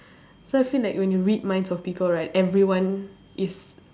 so I feel like when you read minds of people right everyone is